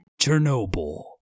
Chernobyl